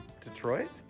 Detroit